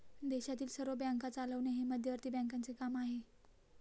देशातील सर्व बँका चालवणे हे मध्यवर्ती बँकांचे काम आहे